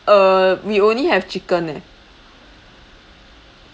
uh we only have chicken eh